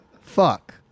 Fuck